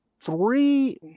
three